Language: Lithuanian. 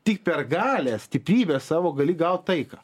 tik per galią stiprybę savo gali gaut taiką